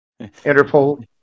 Interpol